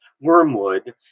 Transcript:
Wormwood